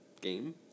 game